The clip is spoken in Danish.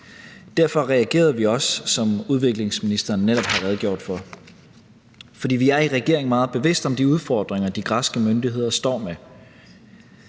Derfor reagerede vi også, som udviklingsministeren netop har redegjort for. For vi er i regeringen meget bevidste om de udfordringer, de græske myndigheder står med.